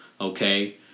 okay